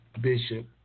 Bishop